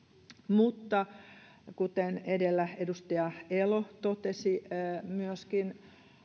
mutta kuten edellä edustaja elo totesi myöskin